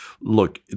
look